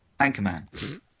Anchorman